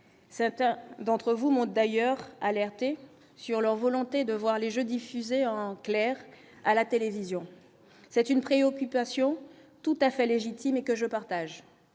certains d'entre vous m'ont d'ailleurs alerté sur leur volonté de voir les Jeux diffusée en clair à la télévision, c'est une préoccupation tout à fait légitime et que je partage,